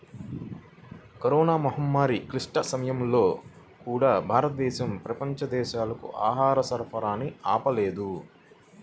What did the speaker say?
corona మహమ్మారి క్లిష్ట సమయాల్లో కూడా, భారతదేశం ప్రపంచ దేశాలకు ఆహార సరఫరాని ఆపలేదు